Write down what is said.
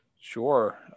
sure